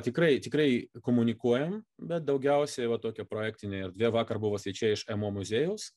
tikrai tikrai komunikuojam bet daugiausiai vat tokia projektinė erdvė vakar buvo svečiai iš mo muziejaus